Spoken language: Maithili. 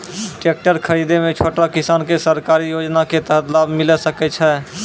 टेकटर खरीदै मे छोटो किसान के सरकारी योजना के तहत लाभ मिलै सकै छै?